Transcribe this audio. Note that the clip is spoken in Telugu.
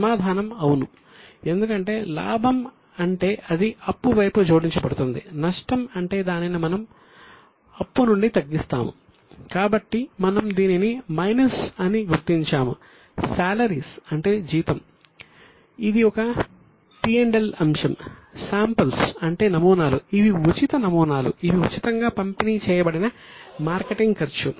సమాధానం అవును ఎందుకంటే లాభం ఉంటే అది అప్పు వైపు జోడించబడుతుంది నష్టం ఉంటే మనం దానిని అప్పు నుండి తగ్గిస్తాము